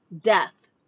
death